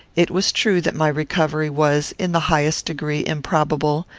it was true that my recovery was, in the highest degree, improbable,